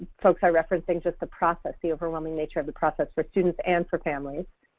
folks are referencing just the process, the overwhelming nature of the process for students and for families.